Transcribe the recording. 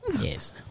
Yes